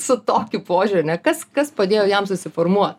su tokiu požiūriu ar ne kas kas padėjo jam susiformuot